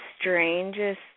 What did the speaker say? strangest